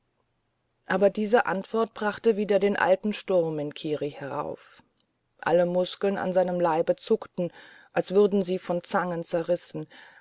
aber diese antwort brachte wieder den alten sturm in kiri herauf alle muskeln an seinem leibe zuckten als würden sie von zangen zerrissen